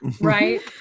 Right